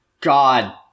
God